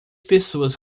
pessoas